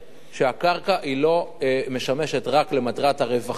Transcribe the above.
שהקרקע לא משמשת רק למטרת הרווחים,